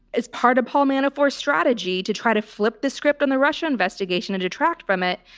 as part of paul manafort's strategy to try to flip the script on the russia investigation and detract from it,